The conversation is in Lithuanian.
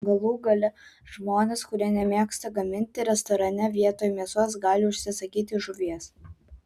galų gale žmonės kurie nemėgsta gaminti restorane vietoj mėsos gali užsisakyti žuvies